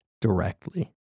directly